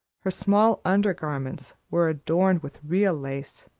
her small undergarments were adorned with real lace,